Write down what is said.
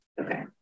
Okay